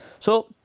so,